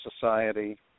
society